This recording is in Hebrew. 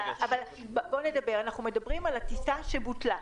אנחנו מדברים על הטיסה שבוטלה.